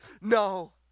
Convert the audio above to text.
No